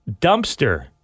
Dumpster